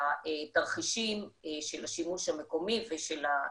התרחישים של השימוש המקומי ושל היצוא.